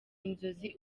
inzozi